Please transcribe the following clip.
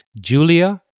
Julia